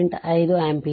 5 ampere